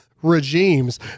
Regimes